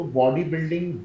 bodybuilding